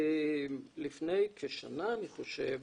לפני כשנה, אני חושב,